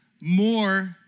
more